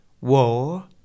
war